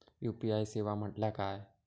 UPI सेवा म्हटल्या काय?